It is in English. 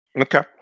Okay